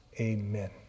Amen